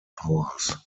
powers